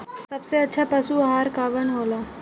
सबसे अच्छा पशु आहार कवन हो ला?